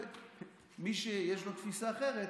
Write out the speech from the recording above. מי שיש לו תפיסה אחרת,